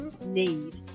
need